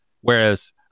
whereas